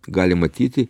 gali matyti